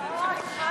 אוי, התחלת, התחלת.